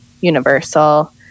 Universal